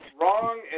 wrong